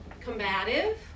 Combative